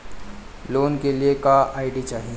Loan के लिए क्या आई.डी चाही?